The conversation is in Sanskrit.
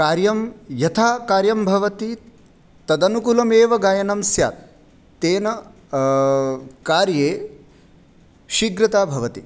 कार्यं यथा कार्यं भवति तदनुकूलमेव गायनं स्यात् तेन कार्ये शीघ्रता भवति